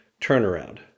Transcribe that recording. turnaround